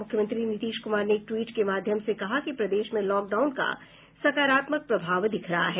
मुख्यमंत्री नीतीश कुमार ने एक ट्वीट के माध्यम से कहा कि प्रदेश में लॉकडाउन का सकारात्मक प्रभाव दिख रहा है